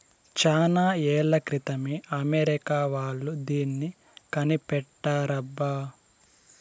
చానా ఏళ్ల క్రితమే అమెరికా వాళ్ళు దీన్ని కనిపెట్టారబ్బా